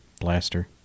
blaster